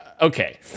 okay